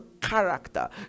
character